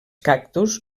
cactus